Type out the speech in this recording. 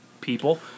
people